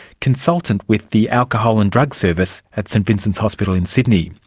consultant with the alcohol and drug service at st vincent's hospital in sydney.